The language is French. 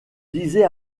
disait